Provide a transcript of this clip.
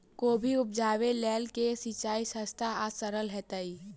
कोबी उपजाबे लेल केँ सिंचाई सस्ता आ सरल हेतइ?